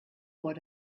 what